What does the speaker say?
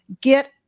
Get